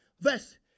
verse